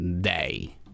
day